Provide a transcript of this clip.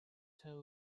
цай